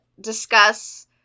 discuss